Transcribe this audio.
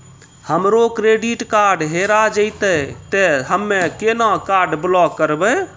हमरो credit card हेरा जेतै ते हम्मय केना कार्ड ब्लॉक करबै?